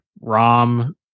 Rom